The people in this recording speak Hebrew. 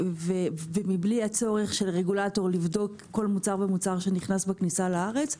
ובלי הצורך של רגולטור לבדוק כל מוצר ומוצר שנכנס בכניסה לארץ,